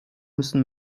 müssen